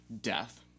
death